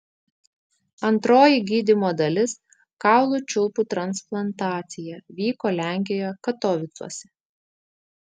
antroji gydymo dalis kaulų čiulpų transplantacija vyko lenkijoje katovicuose